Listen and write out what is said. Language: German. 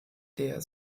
der